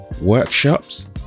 workshops